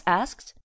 asked